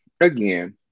again